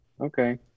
Okay